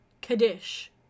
Kaddish